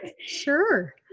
sure